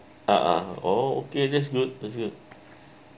uh !huh! oh okay that's good that's good